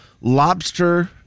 lobster